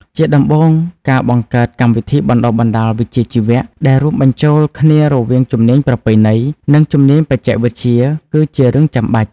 ជាដំបូង ការបង្កើតកម្មវិធីបណ្តុះបណ្តាលវិជ្ជាជីវៈដែលរួមបញ្ចូលគ្នារវាងជំនាញប្រពៃណី និងជំនាញបច្ចេកវិទ្យាគឺជារឿងចាំបាច់។